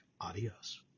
Adios